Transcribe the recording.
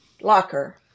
locker